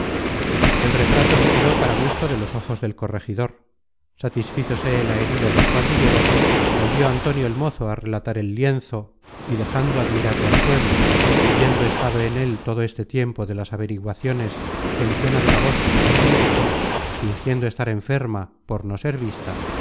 el retrato se quedó para gusto de los ojos del corregidor satisfizose la herida del cuadrillero volvió antonio el mozo á relatar el lienzo y dejando admirado al pueblo y habiendo estado en él todo este tiempo de las averiguaciones feliciana de la voz en el lecho fingiendo estar enferma por no ser vista